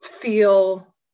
feel